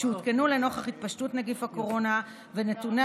שהותקנו נוכח התפשטות נגיף הקורונה ונתוני